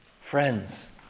Friends